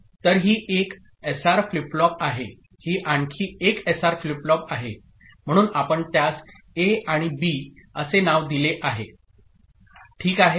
तर ही एक एसआर फ्लिप फ्लॉप आहे ही आणखी एक एसआर फ्लिप फ्लॉप आहे म्हणून आपण त्यास ए आणि बी असे नाव दिले आहे ओके